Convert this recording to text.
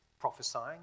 prophesying